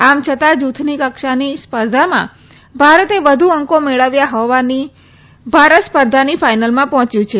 આમ છતાં જૂથની કક્ષાની સ્પર્ધામાં ભારતે વધુ અંકો મેળવ્યા હોવાથી ભારત સ્પર્ધાની ફાઇનલમાં પહોંચું છે